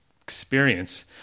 experience